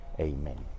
amen